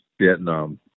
Vietnam